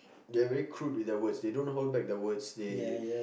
they're very crude with their words they don't hold back their words they